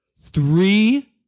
three